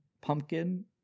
pumpkin